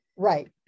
right